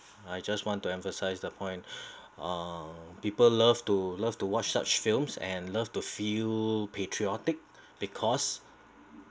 I just want to emphasise the point uh people love to love to watch such films and love to feel patriotic because